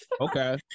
Okay